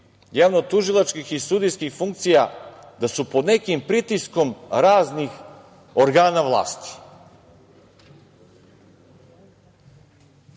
javnotužilačkih i sudijskih funkcija pod nekim pritiskom raznih organa vlasti.